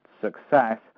success